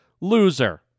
loser